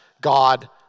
God